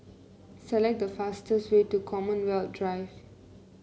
select the fastest way to Commonwealth Drive